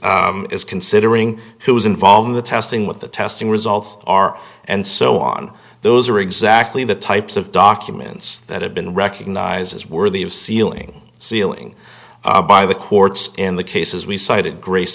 is is considering who was involved in the testing with the testing results are and so on those are exactly the types of documents that have been recognized as worthy of sealing sealing by the courts in the cases we cited gr